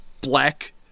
black